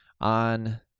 on